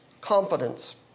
confidence